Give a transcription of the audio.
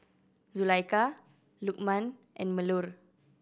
Zulaikha Lukman and Melur